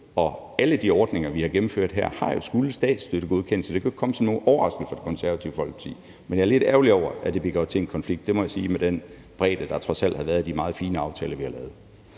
Og alle de ordninger, vi har gennemført her, har jo skullet statsstøttegodkendes, så det kan jo ikke komme som nogen overraskelse for Det Konservative Folkeparti. Jeg er lidt ærgerlig over, at det bliver gjort til en konflikt – det må jeg sige – med den bredde, der trods alt har været i de meget fine aftaler, vi har lavet.